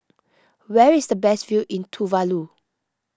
where is the best view in Tuvalu